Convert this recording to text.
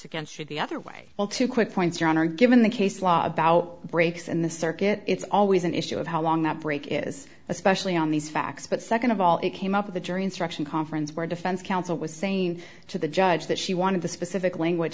against you the other way well two quick points your honor given the case law about breaks in the circuit it's always an issue of how long that break is especially on these facts but nd of all it came up with a jury instruction conference where defense counsel was saying to the judge that she wanted the specific language